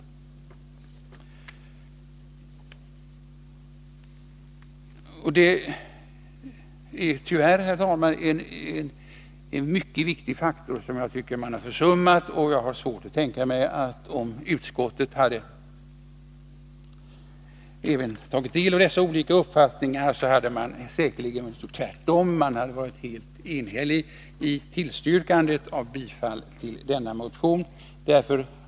Tyvärr är detta, herr talman, en mycket viktig faktor, som man har försummat. Jag har svårt att tänka mig annat än att utskottet, om man även hade tagit del av dessa olika uppfattningar, säkerligen hade gjort tvärtom och enhälligt tillstyrkt bifall till denna motion.